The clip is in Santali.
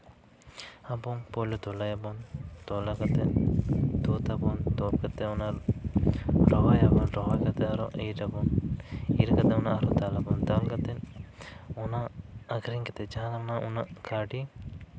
ᱟᱵᱚ ᱯᱳᱭᱞᱳ ᱛᱚᱞᱟᱭᱟᱵᱚᱱ ᱛᱚᱞᱟ ᱠᱟᱛᱮᱫ ᱛᱩᱫ ᱟᱵᱚᱱ ᱛᱩᱫ ᱠᱟᱛᱮᱫ ᱚᱱᱟ ᱨᱚᱦᱚᱭ ᱟᱵᱚᱱ ᱨᱚᱦᱚᱭ ᱠᱟᱛᱮᱫ ᱤᱨ ᱟᱵᱚᱱ ᱤᱨ ᱠᱟᱛᱮᱫ ᱚᱱᱟ ᱟᱨᱚ ᱫᱟᱞ ᱟᱵᱚᱱ ᱫᱟᱞ ᱠᱟᱛᱮᱫ ᱚᱱᱟ ᱟᱹᱠᱷᱨᱤᱧ ᱠᱟᱛᱮᱫ ᱡᱟᱦᱟᱸ ᱩᱱᱟᱹᱜ ᱠᱟᱹᱣᱰᱤ